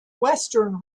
western